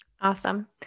Awesome